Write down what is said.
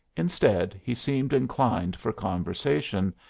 instead, he seemed inclined for conversation,